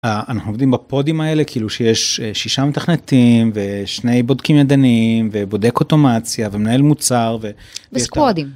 אנחנו עובדים בפודים האלה כאילו שיש שישה מתכנתים ושני בודקים ידניים ובודק אוטומציה ומנהל מוצר וסקוודים.